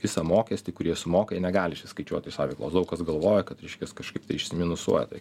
visą mokestį kurį jie sumoka jie negali išsiskaičiuot iš savo veiklos daug kas galvoja kad reiškias kažkaip tai išsiminusuoja tai